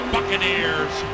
Buccaneers